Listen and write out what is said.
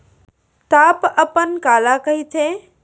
Top अपन काला कहिथे?